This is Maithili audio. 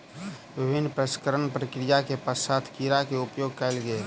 विभिन्न प्रसंस्करणक प्रक्रिया के पश्चात कीड़ा के उपयोग कयल गेल